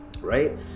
right